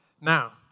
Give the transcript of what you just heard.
Now